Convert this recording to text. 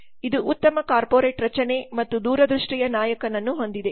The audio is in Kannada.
ಇದು ಉತ್ತಮ ಕಾರ್ಪೊರೇಟ್ ರಚನೆ ಮತ್ತು ದೂರದೃಷ್ಟಿಯ ನಾಯಕನನ್ನು ಹೊಂದಿದೆ